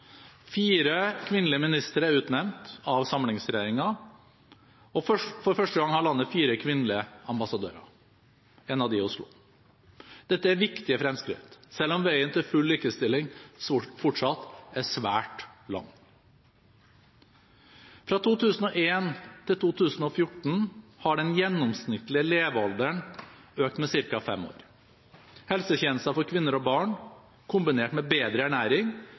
Fire kvinnelige ministre er utnevnt av samlingsregjeringen, og for første gang har landet fire kvinnelige ambassadører – en av dem er i Oslo. Dette er viktige fremskritt, selv om veien til full likestilling fortsatt er svært lang. Fra 2001 til 2014 har den gjennomsnittlige levealderen økt med ca. fem år. Helsetjenester for kvinner og barn, kombinert med bedre ernæring,